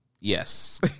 Yes